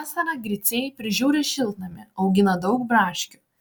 vasarą griciai prižiūri šiltnamį augina daug braškių